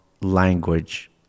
language